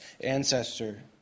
ancestor